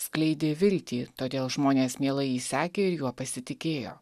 skleidė viltį todėl žmonės mielai jį sekė ir juo pasitikėjo